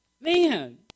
Man